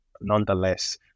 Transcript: nonetheless